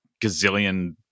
gazillion